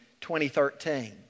2013